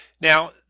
Now